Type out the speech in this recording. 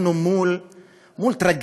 אנחנו מול טרגדיה,